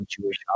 Jewish